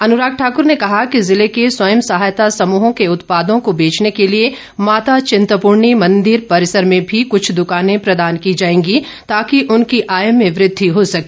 अनुराग ठाकूर ने कहा कि जिले के स्वय सहायता समूहो के उत्पादों को बेचने के लिए माता चिंतपूर्णी मंदिर परिसर में मी कुछ दुकाने प्रदान की जाएगी ताकि उनकी आय में वृद्धि हो सके